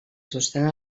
sostenen